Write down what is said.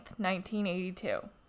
1982